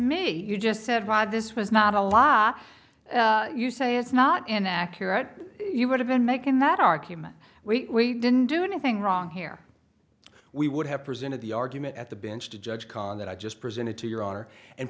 me you just said rod this was not a law you say is not an accurate you would have been making that argument we didn't do anything wrong here we would have presented the argument at the bench to judge con that i just presented to your honor and